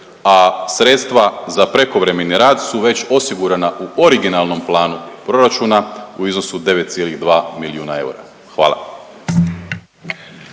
a sredstva za prekovremeni rad su već osigurana u originalnom planu proračuna u iznosu 9,2 milijuna eura, hvala.